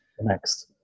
next